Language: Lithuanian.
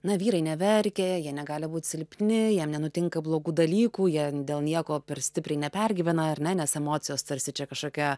na vyrai neverkia jie negali būti silpni jiem nenutinka blogų dalykų jei dėl nieko per stipriai nepergyvena ar ne nes emocijos tarsi čia kažkokia